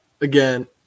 Again